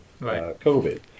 COVID